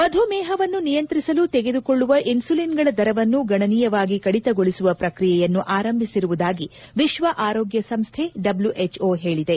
ಮಧುಮೇಹವನ್ನು ನಿಯಂತ್ರಿಸಲು ತೆಗೆದುಕೊಳ್ಳುವ ಇನ್ನುಲಿನ್ಗಳ ದರವನ್ನು ಗಣನೀಯವಾಗಿ ಕಡಿತಗೊಳಿಸುವ ಪ್ರಕ್ರಿಯೆಯನ್ನು ಆರಂಭಿಸಿರುವುದಾಗಿ ವಿಶ್ವ ಆರೋಗ್ಯ ಸಂಸ್ಥೆ ಡಬ್ಲು ಎಚ್ಒ ಹೇಳಿದೆ